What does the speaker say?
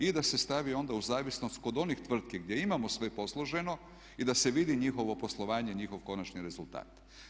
I da se stavi onda u zavisnost kod onih tvrtki gdje imamo sve posloženo i da se vidi njihovo poslovanje, njihov konačni rezultat.